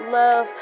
love